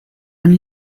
and